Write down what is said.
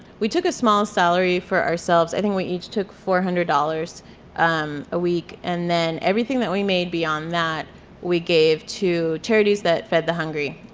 we took a small salary for ourselves, i think we each took four hundred dollars um a week and then everything that we made beyond that we gave to charities that fed the hungry.